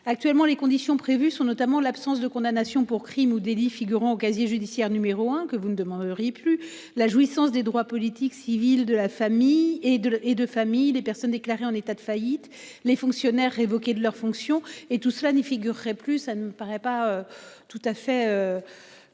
actuellement les conditions prévues sont notamment l'absence de condamnation pour. Crimes ou délits figurant au casier judiciaire numéro un que vous ne demanderiez plus la jouissance des droits politiques, civils, de la famille et de et de familles les personnes déclarées en état de faillite les fonctionnaires révoqués de leurs fonctions et tout cela n'y figurerait plus ça ne me paraît pas tout à fait.